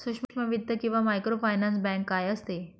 सूक्ष्म वित्त किंवा मायक्रोफायनान्स बँक काय असते?